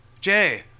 Jay